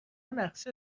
نقشه